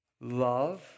Love